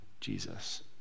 Jesus